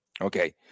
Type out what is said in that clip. Okay